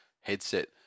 headset